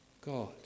God